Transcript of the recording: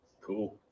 Cool